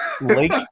Lake